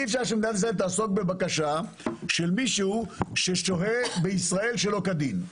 של מישהו ששוהה בישראל שלא כדין.